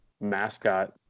mascot